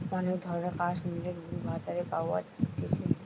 অনেক ধরণের কাশ্মীরের উল বাজারে পাওয়া যাইতেছে